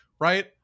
right